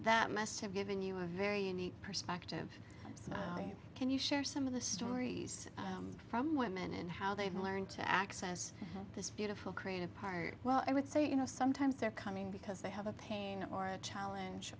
that must have given you a very unique perspective can you share some of the stories from women and how they've learned to access this beautiful creative part well i would say you know sometimes they're coming because they have a pain or a challenge